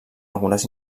algunes